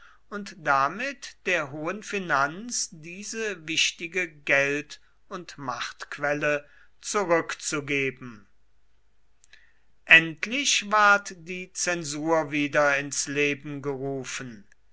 und damit der hohen finanz diese wichtige geld und machtquelle zurückzugeben endlich ward die zensur wieder ins leben gerufen